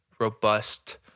robust